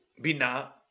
Bina